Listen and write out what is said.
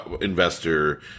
investor